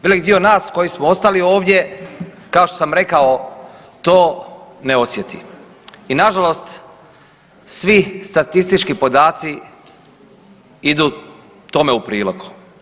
Velik dio nas koji smo ostali ovdje, kao što sam rekao to ne osjeti i nažalost svi statistički podaci idu tome u prilog.